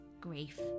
Grief